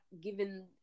given